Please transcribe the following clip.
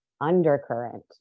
undercurrent